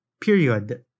period